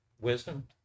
wisdom